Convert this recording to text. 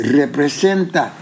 representa